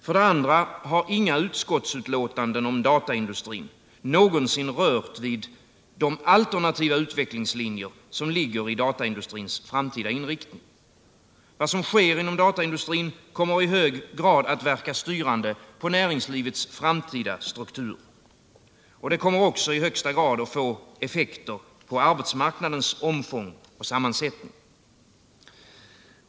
För det andra har inga utskottsbetänkanden om dataindustrin någonsin rört vid de alternativa utvecklingslinjer som ligger i dataindustrins framtida inriktning. Vad som sker inom dataindustrin kommer i hög grad att verka styrande på näringslivets framtida struktur, och det kommer också i högsta grad att få effekter för arbetsmarknadens omfång och sammansättning.